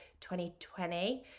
2020